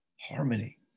harmony